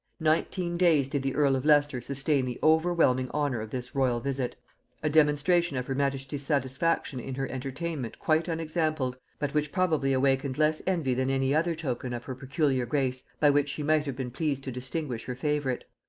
nineteen days did the earl of leicester sustain the overwhelming honor of this royal visit a demonstration of her majesty's satisfaction in her entertainment quite unexampled, but which probably awakened less envy than any other token of her peculiar grace by which she might have been pleased to distinguish her favorite.